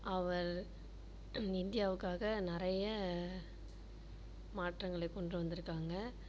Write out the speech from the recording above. அவர் இந்தியாவுக்காக நிறைய மாற்றங்களை கொண்டு வந்திருக்காங்க